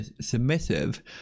submissive